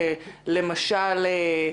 למשל,